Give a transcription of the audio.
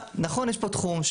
יש פה תחום,